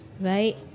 right